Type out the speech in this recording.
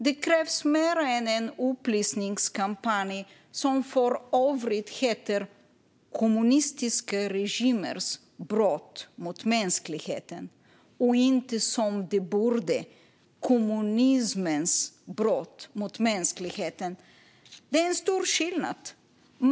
Det krävs mer än en upplysningskampanj, som för övrigt heter Kommunistiska regimers brott mot mänskligheten, och inte som den borde heta: Kommunismens brott mot mänskligheten. Det är en stor skillnad.